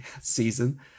season